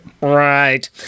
Right